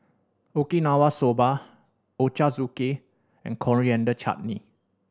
Okinawa Soba Ochazuke and Coriander Chutney